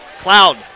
Cloud